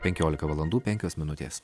penkiolika valandų penkios minutės